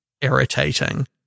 irritating